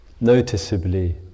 noticeably